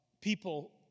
people